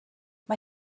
mae